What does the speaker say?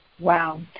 Wow